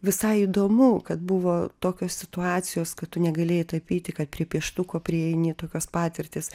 visai įdomu kad buvo tokios situacijos kad tu negalėjai tapyti kad prie pieštuko prieini tokios patirtys